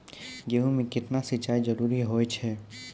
गेहूँ म केतना सिंचाई जरूरी होय छै?